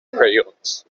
crayons